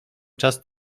czas